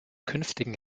künftigen